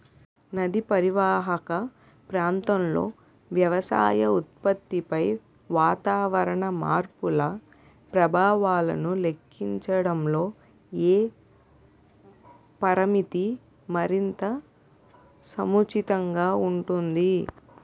నదీ పరీవాహక ప్రాంతంలో వ్యవసాయ ఉత్పత్తిపై వాతావరణ మార్పుల ప్రభావాలను లెక్కించడంలో ఏ పరామితి మరింత సముచితంగా ఉంటుంది?